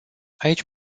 aici